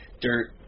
dirt